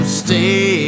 stay